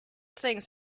things